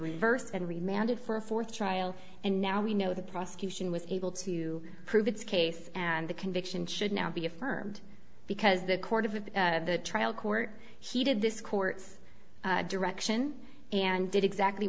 reversed and remanded for a fourth trial and now we know the prosecution was able to prove its case and the conviction should now be affirmed because the court of the trial court heated this court's direction and did exactly